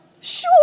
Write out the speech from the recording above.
sure